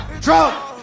Trump